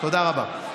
תודה רבה.